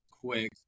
quick